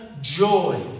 joy